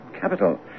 capital